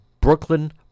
brooklyn